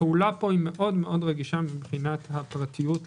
הפעולה פה מאוד מאוד רגישה מבחינת הפרטיות,